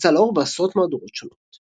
יצא לאור בעשרות מהדורות שונות.